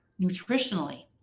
nutritionally